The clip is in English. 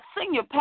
senior